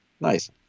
Nice